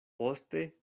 poste